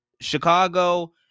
Chicago